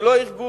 זה לא ארגון